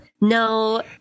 No